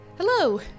Hello